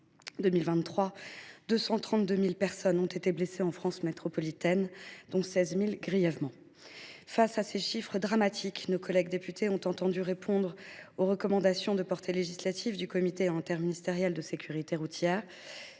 En 2023, 232 000 personnes ont été blessées en France métropolitaine ; 16 000 d’entre elles, grièvement. Face à ces chiffres dramatiques, nos collègues députés ont entendu répondre aux préconisations de portée législative du comité interministériel de la sécurité routière.